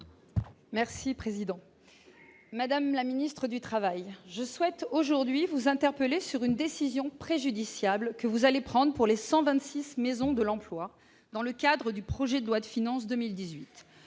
européen. Madame la ministre du travail, je souhaite vous interpeller sur une décision préjudiciable que vous allez prendre pour les 126 maisons de l'emploi dans le cadre du projet de loi de finances pour